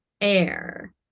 air